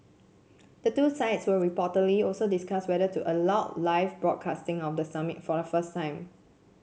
the two sides will reportedly also discuss whether to allow live broadcasting of the summit for the first time